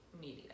media